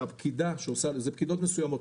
שהפקידה אלה פקידות מסוימות,